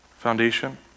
Foundation